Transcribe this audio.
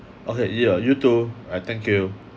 okay yeah you too alright thank you